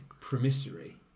Promissory